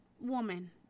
Woman